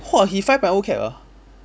!whoa! he five point O CAP ah